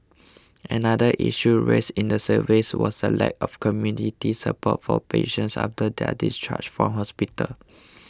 another issue raised in the surveys was the lack of community support for patients after their discharge from hospital